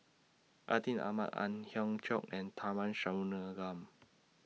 Atin Amat Ang Hiong Chiok and Tharman